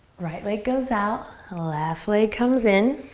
right leg goes out, left leg comes in.